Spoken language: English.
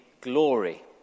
glory